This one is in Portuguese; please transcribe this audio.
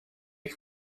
que